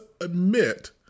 admit